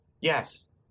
Yes